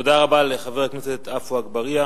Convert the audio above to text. תודה רבה לחבר הכנסת עפו אגבאריה.